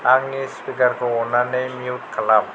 आंनि स्पिकारखौ अननानै मिउट खालाम